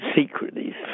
secretly